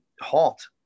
halt